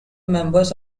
members